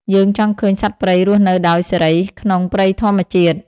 យើងចង់ឃើញសត្វព្រៃរស់នៅដោយសេរីក្នុងព្រៃធម្មជាតិ។